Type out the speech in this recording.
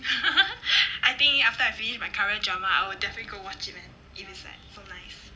I think after I finish my current drama I'll definitely go watch it man it's like so nice